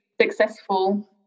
successful